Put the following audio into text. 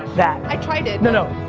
that i tried it. no, no,